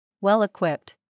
Well-equipped